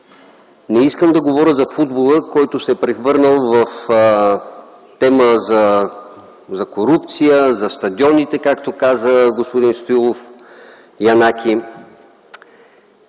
Не искам да говоря за футбола, който се е превърнал в тема за корупция, за стадионите, както каза господин Янаки